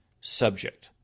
subject